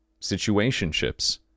situationships